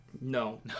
No